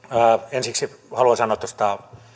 ensiksi haluan sanoa tuosta